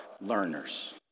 learners